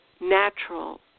natural